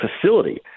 facility